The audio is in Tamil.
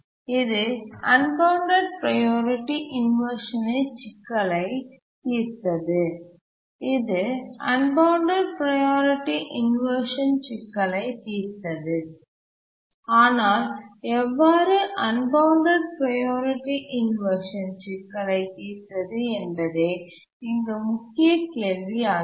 இது அன்பவுண்டட் ப்ரையாரிட்டி இன்வர்ஷன் சிக்கலைத் தீர்த்தது ஆனால் எவ்வாறு அன்பவுண்டட் ப்ரையாரிட்டி இன்வர்ஷன் சிக்கலை தீர்த்தது என்பதே இங்கு முக்கிய கேள்வி ஆகிறது